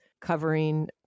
covering